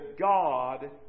God